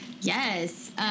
yes